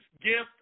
gift